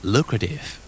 Lucrative